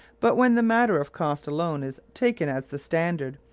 but when the matter of cost alone is taken as the standard,